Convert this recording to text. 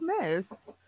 mess